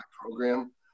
program